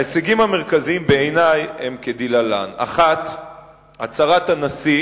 ההישגים המרכזיים בעיני הם כדלהלן: 1. הצהרת הנשיא.